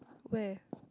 where